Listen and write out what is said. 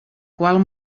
qual